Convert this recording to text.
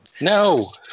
No